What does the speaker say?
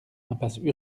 impasse